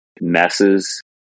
messes